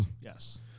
Yes